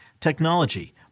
technology